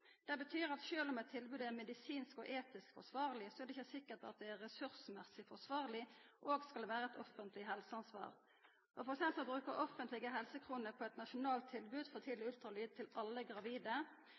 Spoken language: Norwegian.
Det betyr at sjølv om eit tilbod er medisinsk og etisk forsvarleg, er det ikkje sikkert at det er ressursmessig forsvarleg og skal vera eit offentleg helseansvar. For eksempel det å bruka offentlege helsekroner på eit nasjonalt tilbod